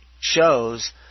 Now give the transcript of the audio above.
shows